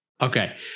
Okay